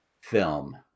film